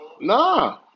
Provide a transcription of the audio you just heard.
Nah